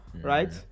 right